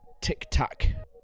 tic-tac